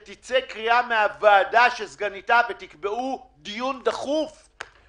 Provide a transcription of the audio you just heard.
אז אני מבקש שתצא קריאה מהוועדה ותקבעו דיון דחוף בהשתתפות סגניתה.